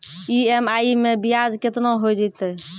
EMI मैं ब्याज केतना हो जयतै?